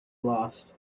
lost